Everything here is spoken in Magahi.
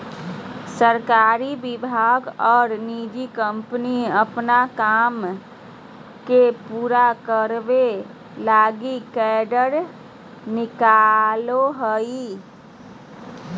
सरकारी विभाग और निजी कम्पनी अपन काम के पूरा करावे लगी टेंडर निकालो हइ